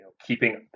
keeping